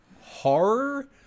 horror